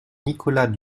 nicolas